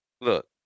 look